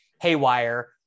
haywire